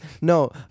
No